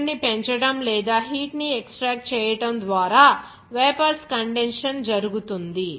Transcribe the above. pressure ని పెంచడం లేదా హీట్ ని ఎక్స్ట్రాక్ట్ చేయడం ద్వారా వేపోర్స్ కండెన్షన్ జరుగుతుంది